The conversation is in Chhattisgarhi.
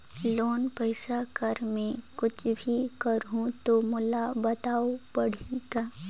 लोन पइसा कर मै कुछ भी करहु तो मोला बताव पड़ही का?